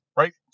right